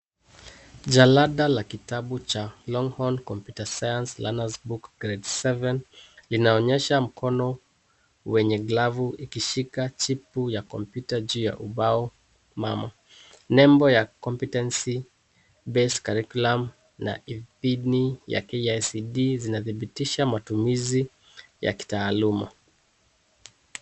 Jalada la kitabu cha Longhorn Computer Science Learners Book Grade 7. Linaonyesha mkono wenye glavu ikishika chipu ya kompyuta juu ya ubao. Nembo ya Competency Based Curriculum na idhini ya KICD zinathibitisha matumizi ya kitaaluma.